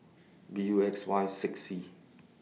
B U X Y six C